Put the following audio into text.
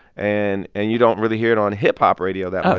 and and you don't really hear it on hip-hop radio that much,